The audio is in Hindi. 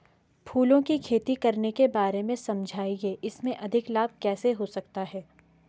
फूलों की खेती करने के बारे में समझाइये इसमें अधिक लाभ कैसे हो सकता है?